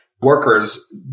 workers